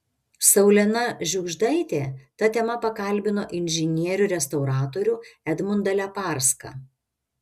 saulena žiugždaitė ta tema pakalbino inžinierių restauratorių edmundą leparską